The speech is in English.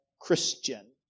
Christian